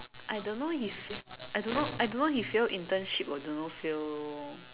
I don't know he's I don't know I don't know if he fail internship or don't know fail